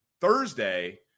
Thursday